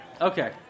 okay